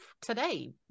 today